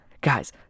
guys